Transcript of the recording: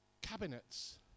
cabinets